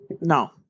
no